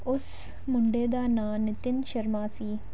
ਉਸ ਮੁੰਡੇ ਦਾ ਨਾਂ ਨਿਤਿਨ ਸ਼ਰਮਾ ਸੀ